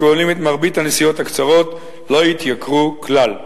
הכוללים את מרבית הנסיעות הקצרות, לא התייקרו כלל.